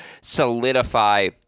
solidify